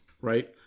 right